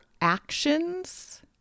actions